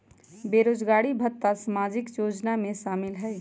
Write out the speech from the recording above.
बेरोजगारी भत्ता सामाजिक योजना में शामिल ह ई?